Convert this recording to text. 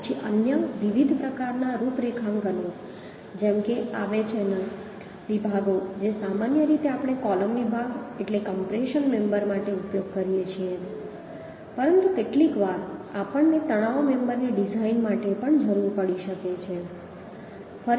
પછી અન્ય વિવિધ પ્રકારના રૂપરેખાંકનો જેમ કે આ બે ચેનલ વિભાગો જે સામાન્ય રીતે આપણે કોલમ વિભાગ એટલે કમ્પ્રેશન મેમ્બર માટે ઉપયોગ કરીએ છીએ પરંતુ કેટલીકવાર આપણને તણાવ મેમ્બરની ડિઝાઇન માટે પણ જરૂર પડી શકે છે